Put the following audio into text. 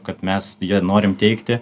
kad mes ją norime teikti